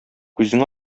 күзең